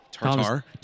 Tartar